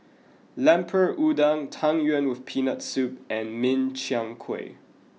Lemper Udang tang yuen with peanut soup and Min Chiang Kueh